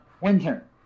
Winter